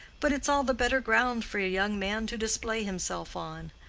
but it's all the better ground for a young man to display himself on.